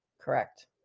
correct